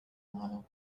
mile